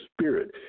spirit